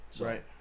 Right